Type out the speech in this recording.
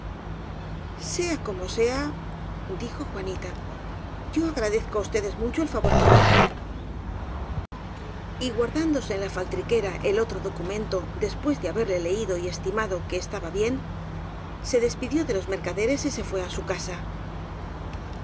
sea como sea dijo juanita yo agradezco á ustedes mucho el favor que me hacen y guardándose en la faltriquera el otro docu mento después de haberle leído y estimado que estaba bien se despidió de los mercaderes y se fué á su casa